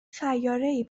سیارهای